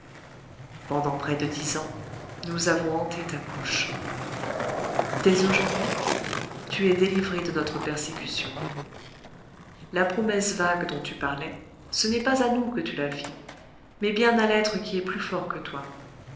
pendant près de dix ans nous avons hanté ta couche dès aujourd'hui tu es délivré de notre persécution la promesse vague dont tu parlais ce n'est pas à nous que tu la fis mais bien à l'être qui est plus fort que toi